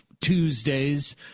Tuesdays